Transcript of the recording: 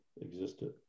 existed